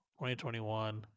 2021